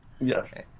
Yes